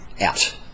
out